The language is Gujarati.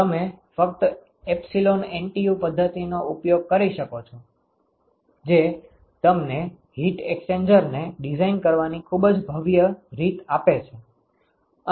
તમે ફક્ત એપ્સીલોન NTU પદ્ધતિનો ઉપયોગ કરી શકો છો જે તમને હીટ એક્સ્ચેન્જરને ડિઝાઇન કરવાની ખૂબ જ ભવ્ય રીત આપે છે